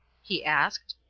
he asked.